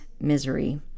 misery